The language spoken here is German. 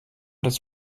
das